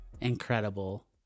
incredible